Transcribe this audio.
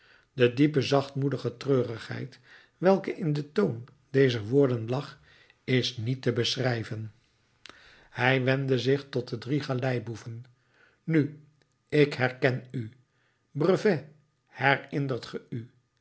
de diepe zachtmoedige treurigheid welke in den toon dezer woorden lag is niet te beschrijven hij wendde zich tot de drie galeiboeven nu ik herken u brevet herinnert ge u